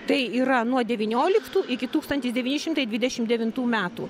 tai yra nuo devynioliktų iki tūkstantis devyni šimtai dvidešim devintų metų